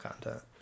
content